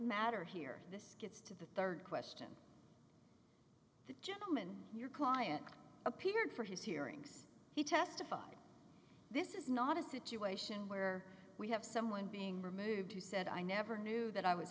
matter here this is to the rd question the gentleman your client appeared for his hearings he testified this is not a situation where we have someone being removed who said i never knew that i was